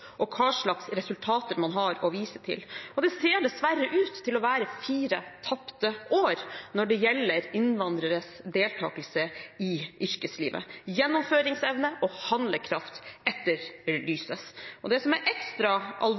og hvilke resultater man har å vise til. Og det ser dessverre ut til å være fire tapte år når det gjelder innvandreres deltakelse i yrkeslivet. Gjennomføringsevne og handlekraft etterlyses. Det som er ekstra